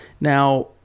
Now